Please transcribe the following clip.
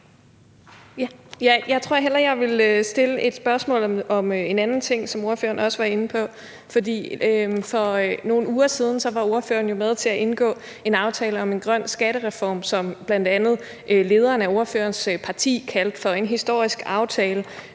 Jeg tror hellere, jeg vil stille et spørgsmål om en anden ting, som ordføreren også var inde på. For nogle uger siden var ordføreren jo med til at indgå en aftale om en grøn skattereform, som bl.a. lederen af ordførerens parti kaldte for en historisk aftale.